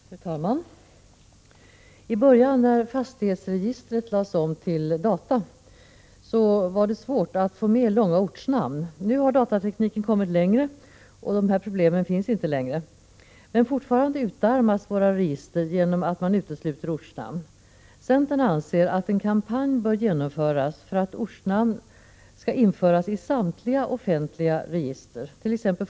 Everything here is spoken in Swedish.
Fru talman! I början när fastighetsregistret lades om till data var det svårt att få med långa ortsnamn. Nu har datatekniken kommit längre och dessa problem finns inte numera. Men fortfarande utarmas våra register genom att man utesluter ortsnamn. Vi i centern anser att en kampanj bör genomföras för att ortsnamn skall införas i samtliga offentliga register —t.ex.